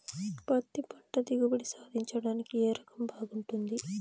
పత్తి పంట దిగుబడి సాధించడానికి ఏ రకం బాగుంటుంది?